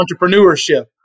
entrepreneurship